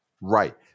Right